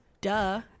duh